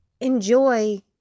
enjoy